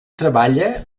treballa